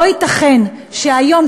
לא ייתכן שהיום,